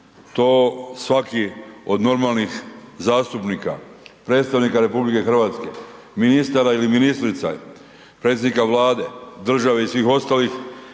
To svaki od normalnih zastupnika, predstavnika RH, ministara ili ministrica, predsjednika Vlade, države i svih ostalih